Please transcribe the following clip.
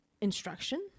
instruction